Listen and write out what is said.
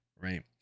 right